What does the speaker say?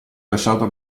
lasciato